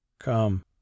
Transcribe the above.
Come